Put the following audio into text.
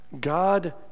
God